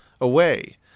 away